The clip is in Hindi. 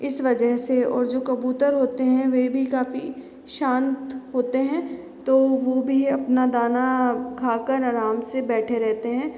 इस वजह से और जो कबूतर होते हैं वे भी काफ़ी शांत होते है तो वो भी अपना दाना खाकर आराम से बैठे रहते हैं